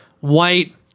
white